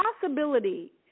possibility